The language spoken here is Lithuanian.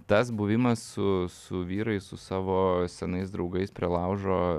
tas buvimas su su vyrais su savo senais draugais prie laužo